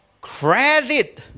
credit